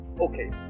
Okay